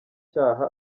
cyaha